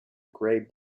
gray